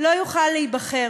לא יוכל להיבחר.